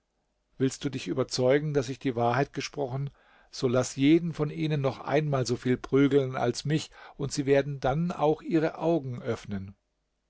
willst du dich überzeugen daß ich die wahrheit gesprochen so laß jeden von ihnen noch einmal soviel prügeln als mich und sie werden dann auch ihre augen öffnen